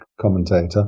commentator